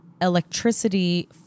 electricity